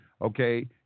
Okay